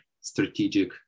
strategic